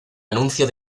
anuncio